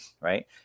right